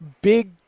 big